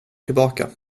tillbaka